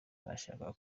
urashaka